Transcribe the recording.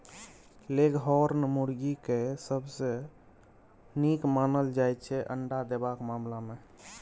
leghorn मुरगी केँ सबसँ नीक मानल जाइ छै अंडा देबाक मामला मे